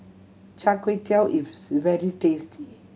Char Kway Teow is very tasty